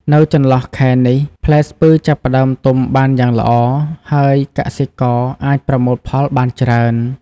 នៅចន្លោះខែនេះ ផ្លែស្ពឺចាប់ផ្ដើមទុំបានយ៉ាងល្អ ហើយកសិករអាចប្រមូលផលបានច្រើន។